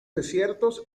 desiertos